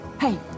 hey